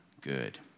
good